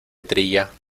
trilla